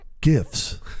gifts